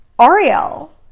Ariel